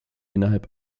innerhalb